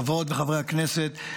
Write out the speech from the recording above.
חברות וחברי הכנסת,